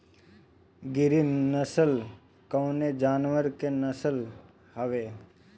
गिरी नश्ल कवने जानवर के नस्ल हयुवे?